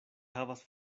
havas